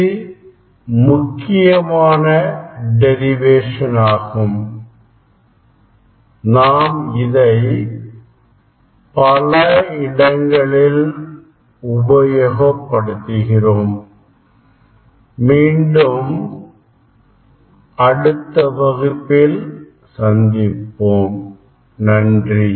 இது முக்கியமான derivation ஆகும் நாம் இதை பல இடங்களில் உபயோகப்படுத்துகிறோம் மீண்டும் அடுத்த வகுப்பில் சந்திப்போம் நன்றி